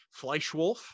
Fleischwolf